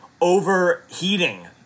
overheating